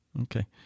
Okay